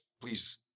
please